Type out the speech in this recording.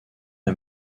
est